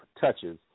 touches